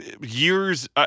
years